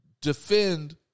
Defend